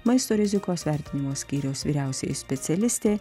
maisto rizikos vertinimo skyriaus vyriausioji specialistė